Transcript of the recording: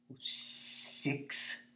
six